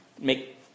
make